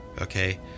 okay